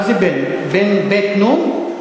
מה זה בן, בי"ת נו"ן?